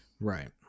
Right